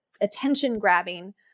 attention-grabbing